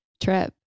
trip